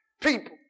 people